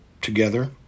together